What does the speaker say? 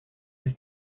his